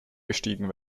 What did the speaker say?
bestiegen